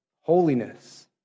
holiness